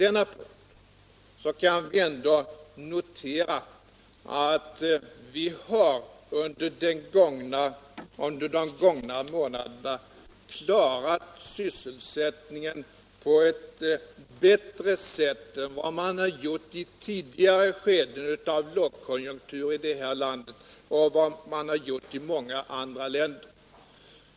Vi kan ändå notera att vi under de gångna månaderna har klarat sysselsättningen bättre än vad man har gjort i tidigare skeden av lågkonjunktur i detta land och i många andra länder.